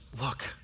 look